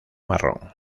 marrón